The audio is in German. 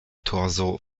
torso